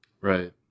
Right